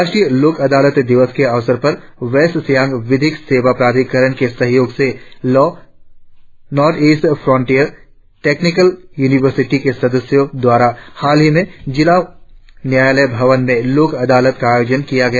राष्ट्रीय लोक अदालत दिवस के अवसर पर वेस्ट सियांग विधिक सेवा प्राधिकरण के सहयोग से law North East Frontier Technical University के सदस्यों द्वारा हालही में जिला न्यायालय भवन में लोक अदालत का आयोजन किया गया